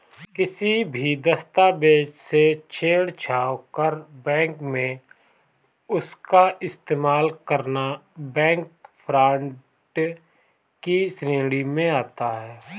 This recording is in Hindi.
किसी भी दस्तावेज से छेड़छाड़ कर बैंक में उसका इस्तेमाल करना बैंक फ्रॉड की श्रेणी में आता है